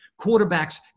Quarterbacks